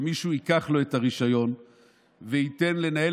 ומישהו ייקח לו את הרישיון וייתן לנהל